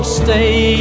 stay